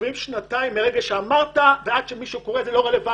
עוברות שנתיים מרגע שאמרת ועד שמישהו קורא את זה ואז זה לא רלבנטי.